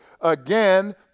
again